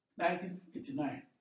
1989